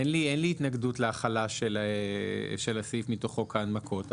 אין לי התנגדות להחלת הסעיף מתוך חוק ההנמקות.